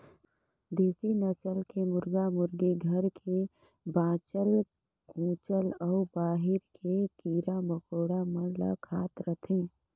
देसी नसल के मुरगा मुरगी घर के बाँचल खूंचल अउ बाहिर के कीरा मकोड़ा मन ल खात रथे